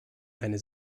eine